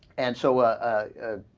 and so ah.